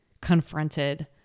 confronted